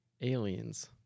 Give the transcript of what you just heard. Aliens